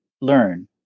learn